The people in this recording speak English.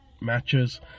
matches